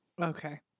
Okay